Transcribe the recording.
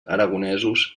aragonesos